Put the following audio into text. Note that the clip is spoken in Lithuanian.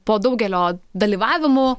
po daugelio dalyvavimų